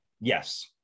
yes